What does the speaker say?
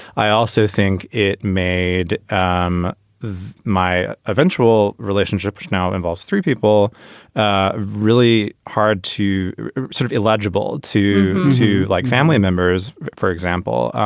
i also think it made um my eventual relationship right now involves three people ah really hard to sort of illegible to to like family members, for example,